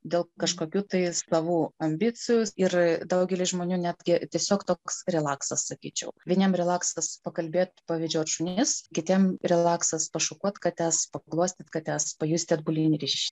dėl kažkokių tai savų ambicijų ir daugelis žmonių netgi tiesiog toks relaksas sakyčiau vieniem relaksas pakalbėt pavedžiot šunis kitiem relaksas pašukuot kates paglostyt kates pajusti atbulinį ryšį